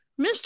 Mr